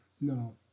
No